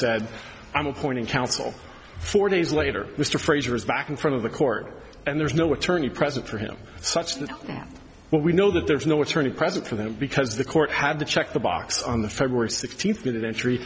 said i'm appointing counsel four days later mr fraser is back in front of the court and there's no attorney present for him such that well we know that there's no attorney present for them because the court had to check the box on the february sixteenth